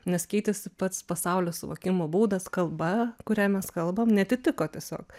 nes keitėsi pats pasaulio suvokimo būdas kalba kuria mes kalbam neatitiko tiesiog